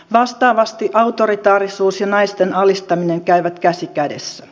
vastaavasti autoritaarisuus ja naisten alistaminen käyvät käsi kädessä